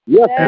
Yes